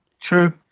True